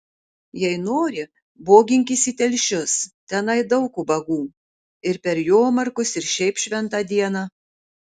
jei nori boginkis į telšius tenai daug ubagų ir per jomarkus ir šiaip šventą dieną